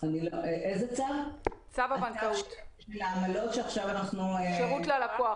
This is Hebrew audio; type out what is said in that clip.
אני מדברת על צו הבנקאות (שירות ללקוח)